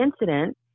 incident